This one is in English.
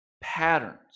Patterns